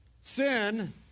Sin